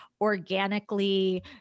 organically